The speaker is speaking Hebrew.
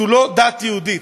זאת לא דת יהודית,